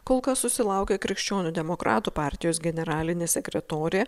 kol kas susilaukė krikščionių demokratų partijos generalinė sekretorė